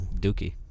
dookie